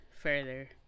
further